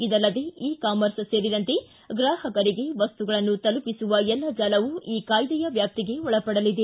ಇದಲ್ಲದೇ e commerce ಸೇರಿದಂತೆ ಗ್ರಾಹಕರಿಗೆ ವಸ್ತುಗಳನ್ನು ತಲುಪಿಸುವ ಎಲ್ಲ ಜಾಲವೂ ಈ ಕಾಯ್ದೆಯ ವ್ಯಾಪ್ತಿಗೆ ಒಳಪಡಲಿದೆ